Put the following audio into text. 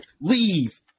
Leave